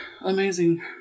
amazing